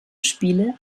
spiele